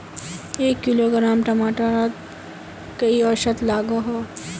एक किलोग्राम टमाटर त कई औसत लागोहो?